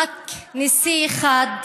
ירושלים, רק נשיא אחד,